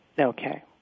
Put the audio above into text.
Okay